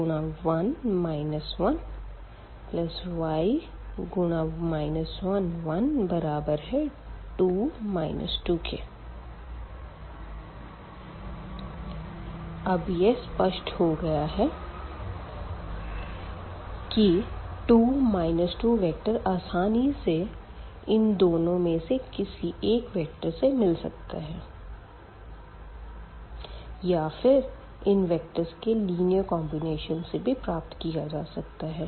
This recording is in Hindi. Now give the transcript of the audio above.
x1 1 y 1 1 2 2 अब यह स्पष्ट हो गया है कि 2 2 वेक्टर आसानी से इन दोनों में से किसी एक वेक्टर से मिल सकता है या फिर इन वेक्टर्ज़ के लिनीयर कॉम्बिनेशन से भी प्राप्त किया जा सकता है